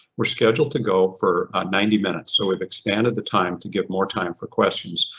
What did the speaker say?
we're scheduled to go for ninety minutes, so we've expanded the time to get more time for questions.